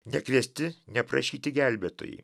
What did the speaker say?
nekviesti neprašyti gelbėtojai